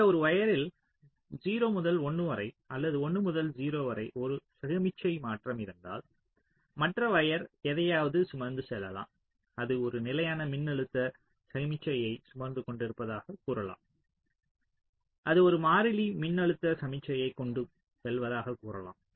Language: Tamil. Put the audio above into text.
எனவே ஒரு வயர்ரில் 0 முதல் 1 வரை அல்லது 1 முதல் 0 வரை ஒரு சமிக்ஞை மாற்றம் இருந்தால் மற்ற வயர் எதையாவது சுமந்து செல்லலாம் அது ஒரு நிலையான மின்னழுத்த சமிக்ஞையை சுமந்து கொண்டிருப்பதாகக் கூறலாம் அது ஒரு மாறிலி மின்னழுத்த சமிக்ஞையைக் கொண்டு செல்வதாகக் கூறலாம்